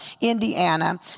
Indiana